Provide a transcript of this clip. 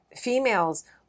females